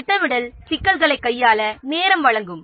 திட்டமிடல் சிக்கல்களைக் கையாள நமக்கு நேரத்தை வழங்கும்